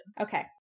Okay